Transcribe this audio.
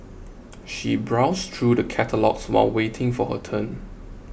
she browsed through the catalogues while waiting for her turn